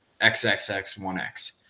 XXX1X